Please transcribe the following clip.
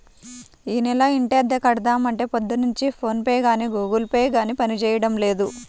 యీ నెల ఇంటద్దె కడదాం అంటే పొద్దున్నుంచి ఫోన్ పే గానీ గుగుల్ పే గానీ పనిజేయడం లేదు